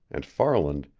and farland,